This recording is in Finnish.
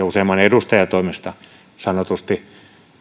useamman edustajan toimesta sanotusti